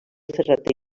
ferrater